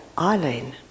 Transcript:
Eileen